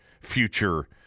future